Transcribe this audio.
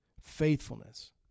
Faithfulness